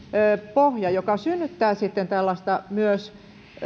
pohja joka synnyttää myös tällaista